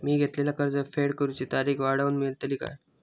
मी घेतलाला कर्ज फेड करूची तारिक वाढवन मेलतली काय?